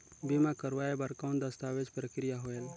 बीमा करवाय बार कौन दस्तावेज प्रक्रिया होएल?